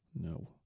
No